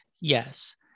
yes